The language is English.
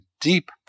deep